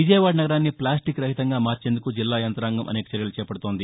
విజయవాడ నగరాన్ని ప్లాస్టిక్ రహితంగా మార్చేందుకు జిల్లా యంతాంగం అనేక చర్యలు చేపడుతోంది